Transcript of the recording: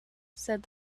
said